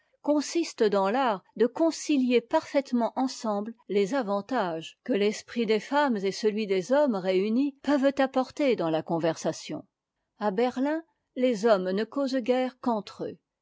consiste dans l'art de concilier parfaitement ensemble les avantages que l'esprit des femmes et celui des hommes réunis peuvent apporter dans la convernation a berlin les hommes ne causent guère qu'entre eux